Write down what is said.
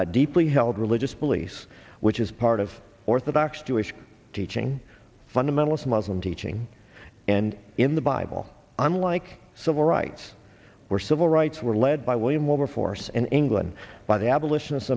deeply held religious beliefs which is part of orthodox jewish teaching fundamentalist muslim teaching and in the bible unlike civil rights were civil rights were led by william wilberforce and england by the abolition